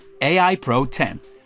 AIPRO10